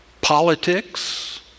politics